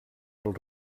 del